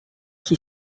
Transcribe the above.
qui